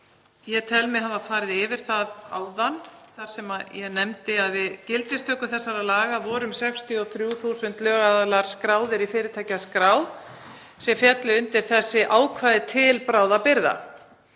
Ég tel mig hafa farið yfir það áðan, þar sem ég nefndi að við gildistöku þessara laga voru um 63.000 lögaðilar skráðir í fyrirtækjaskrá sem féllu undir þessi ákvæði til bráðabirgða.